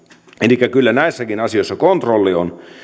elikkä kyllä näissäkin asioissa kontrolli on